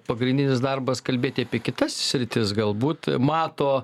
pagrindinis darbas kalbėti apie kitas sritis galbūt mato